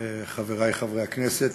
חברי חברי הכנסת,